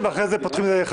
ואחר כך --- סליחה,